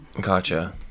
Gotcha